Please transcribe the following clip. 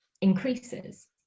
increases